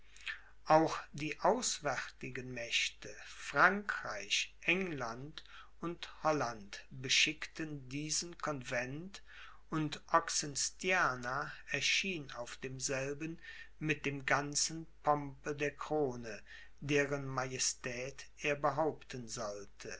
auch die auswärtigen mächte frankreich england und holland beschickten diesen convent und oxenstierna erschien auf demselben mit dem ganzen pompe der krone deren majestät er behaupten sollte